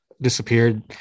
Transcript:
disappeared